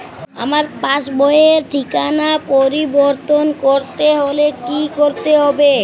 আমার পাসবই র ঠিকানা পরিবর্তন করতে হলে কী করতে হবে?